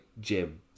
Jim